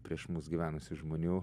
prieš mus gyvenusių žmonių